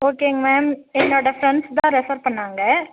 ஓகேங்க மேம் என்னோட ஃப்ரெண்ட்ஸ் தான் ரெஃபர் பண்ணாங்க